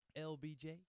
LBJ